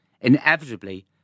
inevitably